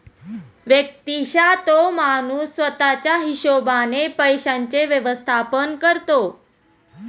व्यक्तिशः तो माणूस स्वतः च्या हिशोबाने पैशांचे व्यवस्थापन करतो